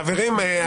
חברים,